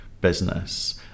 business